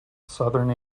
southern